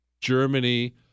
Germany